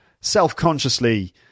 self-consciously